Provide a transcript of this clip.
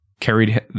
Carried